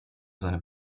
seinem